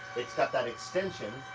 it's got that extension,